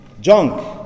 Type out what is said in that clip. Junk